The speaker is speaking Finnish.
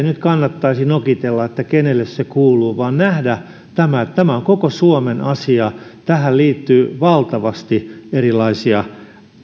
nyt kannattaisi nokitella että kenelle se kuuluu vaan nähdä tämä että tämä on koko suomen asia tähän liittyy valtavasti erilaisia